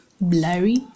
blurry